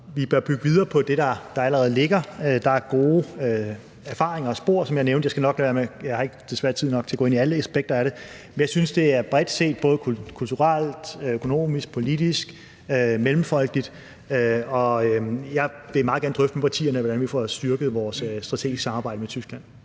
Vi bør bygge videre på det, der allerede ligger. Der er gode erfaringer og spor, som jeg nævnte. Jeg har desværre ikke tid nok til at dykke ned i alle aspekter af det, men jeg synes, at det er bredt set, både kulturelt, økonomisk, politisk og mellemfolkeligt, og jeg vil meget gerne drøfte med partierne, hvordan vi får styrket vores strategiske samarbejde med Tyskland.